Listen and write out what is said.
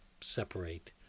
separate